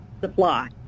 supply